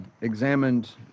examined